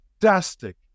fantastic